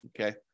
Okay